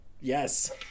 Yes